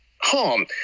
home